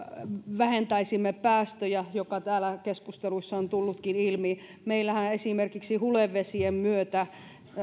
vähentäisimme päästöjä mikä täällä keskusteluissa on tullutkin ilmi meillähän esimerkiksi hulevesien myötä